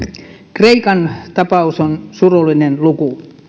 kreikan tapaus on surullinen luku